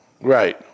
Right